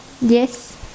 Yes